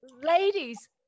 ladies